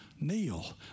kneel